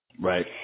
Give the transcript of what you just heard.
Right